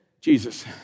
Jesus